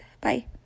bye